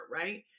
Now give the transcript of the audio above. right